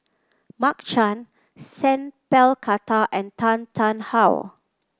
Mark Chan Sat Pal Khattar and Tan Tarn How